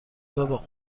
بابا